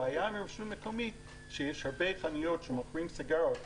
הבעיה עם רשות מקומית היא שיש הרבה חנויות נוחות שמוכרות סיגריות,